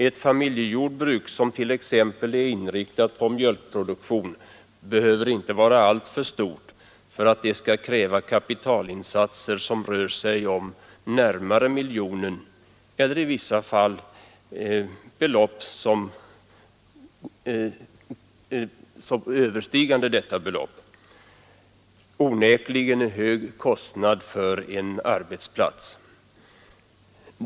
Ett familjejordbruk som är inriktat på mjölkproduktion behöver inte vara alltför stort för att det skall kräva kapitalinsatser som närmar sig miljonen eller i vissa fall överstiger detta belopp — onekligen en hög kostnad för en arbetsplats.